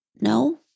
no